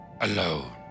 alone